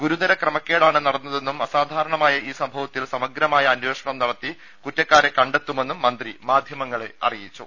ഗുരുതര ക്രമക്കേടാണ് നടന്നതെന്നും അസാധാരണമായ ഈ സംഭവത്തിൽ സമഗ്ര മായ അനേ ഷണം നടത്തി കുറ്റക്കാരെ കണ്ടെത്തുമെന്നും മന്ത്രി മാധ്യമങ്ങളെ അറിയിച്ചു